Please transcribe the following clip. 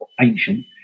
ancient